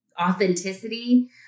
authenticity